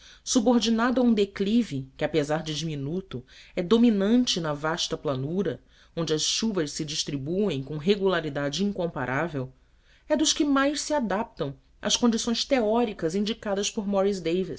subordinado a um declive que apesar de diminuto é dominante na vasta planura onde as chuvas se distribuem com regularidade incomparável é dos que mais se adaptam às condições teóricas indicadas por